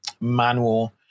manual